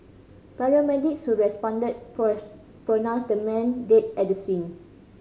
paramedics who responded pronounced the man at the scene